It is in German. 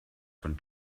von